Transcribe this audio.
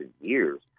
years